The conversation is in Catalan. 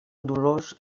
dolors